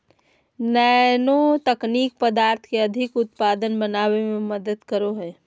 nano तकनीक पदार्थ के अधिक उत्पादक बनावय में मदद करो हइ